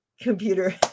Computer